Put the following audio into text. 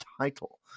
title